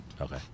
Okay